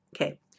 Okay